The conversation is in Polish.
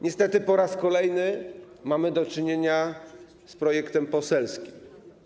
Niestety, po raz kolejny mamy do czynienia z projektem poselskim.